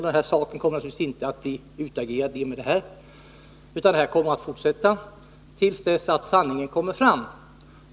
Men saken kommer naturligtvis inte att vara utagerad i och med detta, utan diskussionen kommer att fortsätta till dess att sanningen kommer fram.